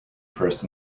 first